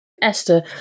Esther